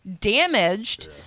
damaged